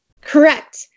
Correct